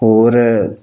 ਹੋਰ